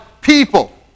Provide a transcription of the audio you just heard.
people